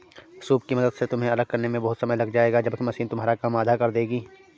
soup की मदद से तुम्हें अलग करने में बहुत समय लग जाएगा जबकि मशीन तुम्हारा काम आधा कर देगी